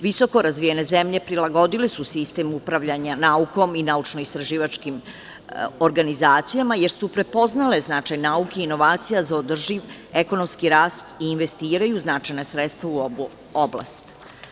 Visoko razvijene zemlje prilagodile su sistem upravljanja naukom i naučno-istraživačkim organizacijama, jer su prepoznale značaj nauke i inovacija za održiv ekonomski rast i investiraju značajna sredstva u ovu oblast.